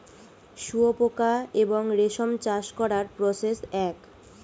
শুয়োপোকা এবং রেশম চাষ করার প্রসেস এক